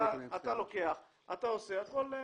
אתה לוקח, אתה עושה, הכל כעצמך.